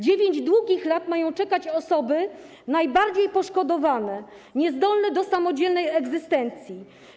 9 długich lat mają czekać osoby najbardziej poszkodowane, niezdolne do samodzielnej egzystencji.